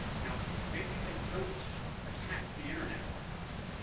now maybe they don't attack the internet archive,